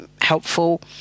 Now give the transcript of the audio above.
helpful